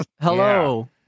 Hello